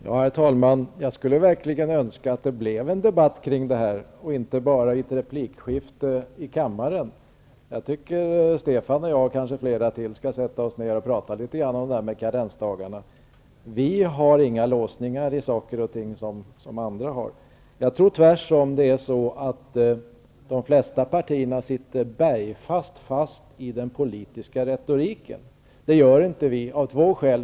Herr talman! Jag skulle verkligen önska att det blev en debatt om de här frågorna och inte bara ett replikskifte i kammaren. Jag tycker att Stefan Attefall och jag, och kanske några fler, skall sätta oss ned och prata litet om karensdagarna. Vi har inga låsningar, som andra har. Jag tror att de flesta partierna sitter bergfast i den politiska retoriken. Det gör inte vi, av två skäl.